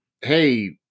hey